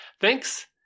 thanks